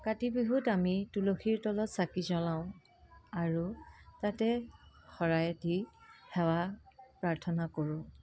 কাতি বিহুত আমি তুলসীৰ তলত চাকি জ্বলাওঁ আৰু তাতে শৰাই দি সেৱা প্ৰাৰ্থনা কৰোঁ